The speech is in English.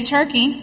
Turkey